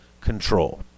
control